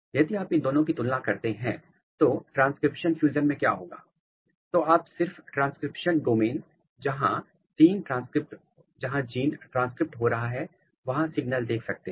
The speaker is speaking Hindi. और यदि आप इन दोनों की तुलना करते हैं तो ट्रांसक्रिप्शनल फ्यूजन में क्या होगा तो आप सिर्फ ट्रांसक्रिप्शनल डोमेन जहां जीन ट्रांसक्रिप्ट हो रहा है वहां सिग्नल देख सकते हैं